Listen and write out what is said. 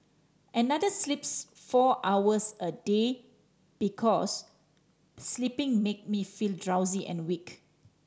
another sleeps four hours a day because sleeping make me feel drowsy and weak